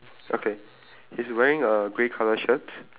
okay he's wearing a grey colour shirt